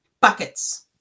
buckets